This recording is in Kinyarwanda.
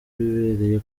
bibereye